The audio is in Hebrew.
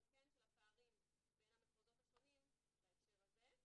אבל כן של הפערים בין המחוזות השונים בהקשר הזה.